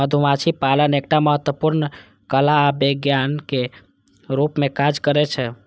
मधुमाछी पालन एकटा महत्वपूर्ण कला आ विज्ञानक रूप मे काज करै छै